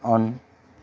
on